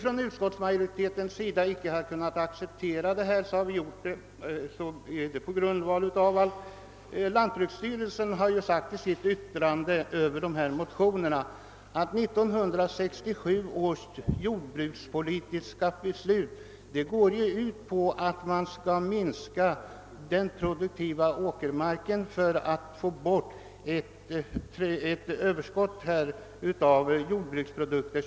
När utskottsmajoriteten inte kunnat acceptera förslagen är det på grund av att 1967 års jordbrukspolitiska beslut går ut på att den produktiva åkermarken skall minskas för att vi skall få bort ett icke önskvärt överskott av jordbruksprodukter.